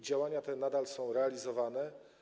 Działania te nadal są realizowane.